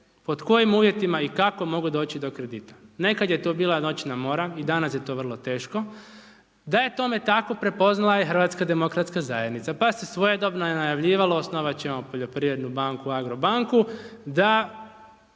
pod kojim uvjetima i kako mogu doći do kredita. Nekad je to bila noćna mora i danas je to vrlo teško, da je tome tako prepoznala je HDZ, pa se svojedobno najavljivalo osnovati ćemo poljoprivrednu banku, AGRO banku da